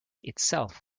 itself